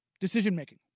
Decision-making